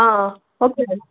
okay